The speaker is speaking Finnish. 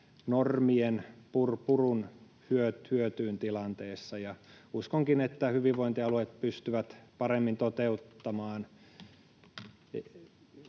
normien purun hyötyyn tilanteessa. Uskonkin, että hyvinvointialueet pystyvät paremmin toteuttamaan